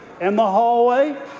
and the hallway?